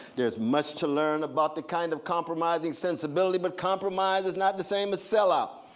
there's much to learn about the kind of compromising sensibility, but compromise is not the same as sell out.